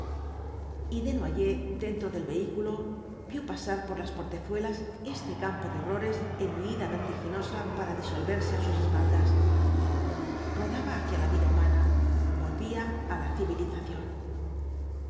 y desnoyers dentro del vehículo vio pasar por las portezuelas este campo de horrores en huida vertiginosa para disolverse á sus espaldas rodaba hacia la vida humana volvía á la civilización